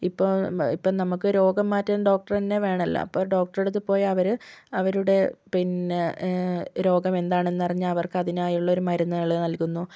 ഇപ്പോൾ ഇപ്പം നമുക്ക് രോഗം മാറ്റാൻ ഡോക്ടർ തന്നെ വേണമല്ലോ അപ്പോൾ ഡോക്ടറുടെ അടുത്ത് പോയാൽ അവർ അവരുടെ പിന്നെ രോഗമെന്താണെന്ന് അറിഞ്ഞ് അവർക്കതിനായുള്ള ഒരു മരുന്നുകൾ നൽകുന്നു